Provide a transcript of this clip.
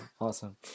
awesome